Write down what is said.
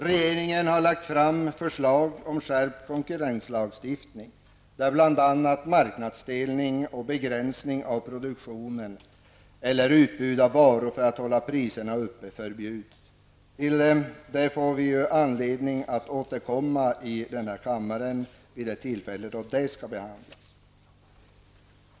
Regeringen har lagt fram förslag om en skärpt konkurrenslagstiftning, där bl.a. marknadsdelning och begränsning av produktion eller utbud av varor för att hålla priserna uppe förbjuds. Till detta får vi anledning att återkomma i denna kammare vid det tillfälle då den här frågan tas upp.